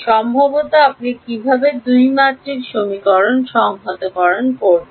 সম্ভবত আপনি কীভাবে 2 মাত্রিক সংহতকরণ করবেন